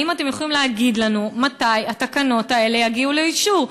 האם אתם יכולים להגיד לנו מתי התקנות האלה יגיעו לאישור?